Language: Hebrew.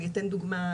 אני אתן דוגמה,